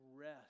rest